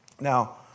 Now